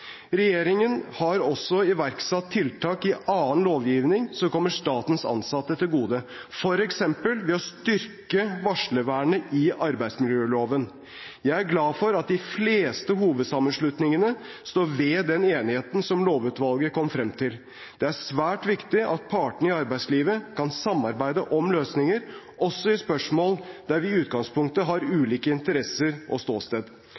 Regjeringen har også iverksatt tiltak i annen lovgivning som kommer statens ansatte til gode, f.eks. ved å styrke varslervernet i arbeidsmiljøloven. Jeg er glad for at de fleste hovedsammenslutningene står ved den enigheten som lovutvalget kom frem til. Det er svært viktig at partene i arbeidslivet kan samarbeide om løsninger, også i spørsmål der vi i utgangspunktet har ulike interesser og ståsted.